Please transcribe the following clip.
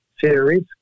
series